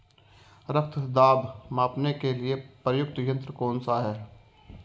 रक्त दाब मापने के लिए प्रयुक्त यंत्र कौन सा है?